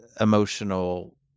emotional